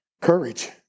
courage